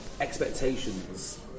expectations